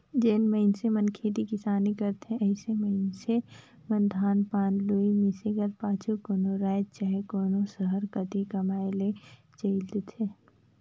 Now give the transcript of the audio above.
जेन मइनसे मन खेती किसानी करथे अइसन मइनसे मन धान पान लुए, मिसे कर पाछू कोनो राएज चहे कोनो सहर कती कमाए ले चइल देथे